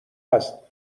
است